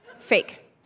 Fake